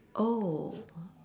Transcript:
oh